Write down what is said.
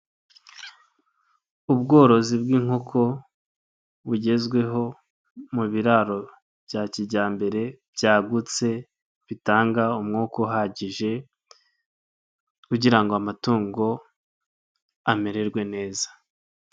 Ubworozi bw'inkoko bugezweho mu biraro bya kijyambere byagutse bitanga umwuka uhagije kugira ngo amatungo amererwe neza.